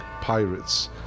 pirates